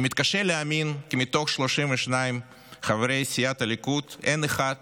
אני מתקשה להאמין כי מתוך 32 חברי סיעת הליכוד אין אחד